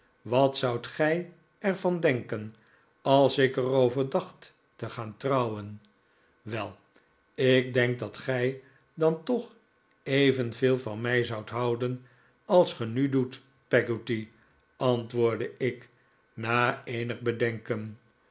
wat zoudt gij er van denken als ik er over dacht te gaan trouwen wel ik denk dat gij dan toch evenveel van mij zoudt houden als ge nu doet peggotty antwoordde ik na eenig bedenken